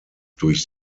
durch